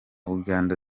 uganda